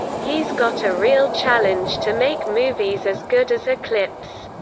he's got a real challenge to make movies as good as eclipse.